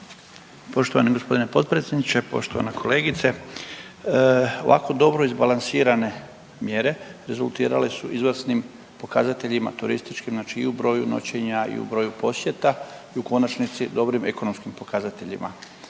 Poštovani gospodine potpredsjedniče, poštovana kolegice ovako dobro izbalansirane mjere rezultirale su izvrsnim pokazateljima turističkim znači i u broju noćenja i u broju posjeta i u konačnici dobrim ekonomskim pokazateljima.